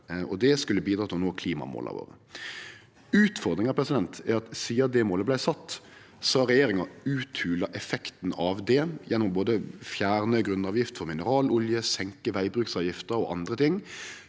Det skulle bidra til at vi skulle nå klimamåla våre. Utfordringa er at sidan det målet vart sett, har regjeringa uthola effekten av det gjennom å fjerne grunnavgifta for mineralolje, senke vegbruksavgifta og andre ting,